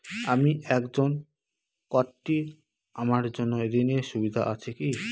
আমি একজন কট্টি আমার জন্য ঋণের সুবিধা আছে কি?